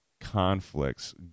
conflicts